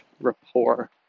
rapport